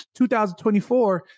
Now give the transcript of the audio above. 2024